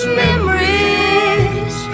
memories